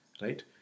right